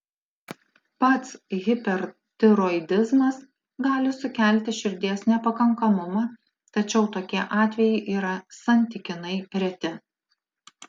pats hipertiroidizmas gali sukelti širdies nepakankamumą tačiau tokie atvejai yra santykinai reti